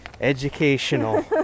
Educational